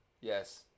yes